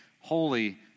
holy